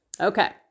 Okay